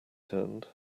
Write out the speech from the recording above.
turned